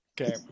Okay